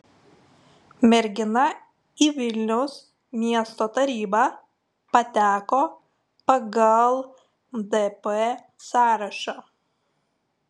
mergina į vilniaus miesto tarybą pateko pagal dp sąrašą